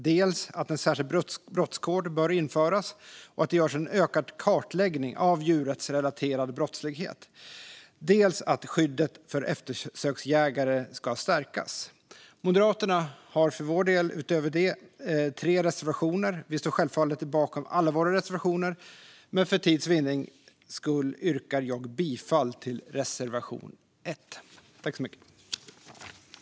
Det gäller dels att en särskild brottskod bör införas och att det görs en ökad kartläggning av djurrättsrelaterad brottslighet, dels att skyddet för eftersöksjägare ska stärkas. Vi moderater har för vår del utöver det tre reservationer. Vi står självfallet bakom alla våra reservationer, men för tids vinning yrkar jag bifall endast till reservation 1.